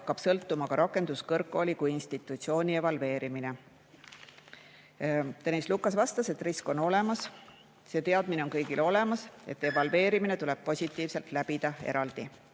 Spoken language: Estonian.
hakkab sõltuma ka rakenduskõrgkooli kui institutsiooni evalveerimine. Tõnis Lukas vastas, et see risk on olemas. See teadmine on kõigil olemas, et evalveerimine tuleb positiivselt läbida.